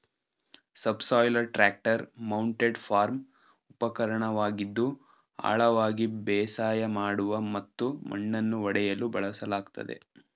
subsoiler tractor mounted farm ಉಪಕರಣವಾಗಿದ್ದು ಆಳವಾಗಿ ಬೇಸಾಯ ಮಾಡಲು ಮತ್ತು ಮಣ್ಣನ್ನು ಒಡೆಯಲು ಬಳಸಲಾಗ್ತದೆ